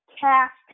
Cast